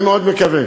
אני מאוד מקווה